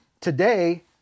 today